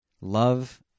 love